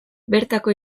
bertako